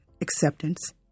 acceptance